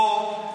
פה,